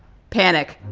panic